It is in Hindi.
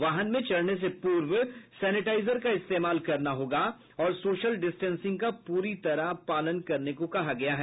वाहन में चढ़ने से पूर्व सैनिटाइजर का इस्तेमाल करना होगा और सोशल डिस्टेंसिंग का पूरी तरह पालन करने को कहा गया है